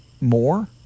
more